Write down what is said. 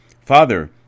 Father